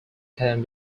can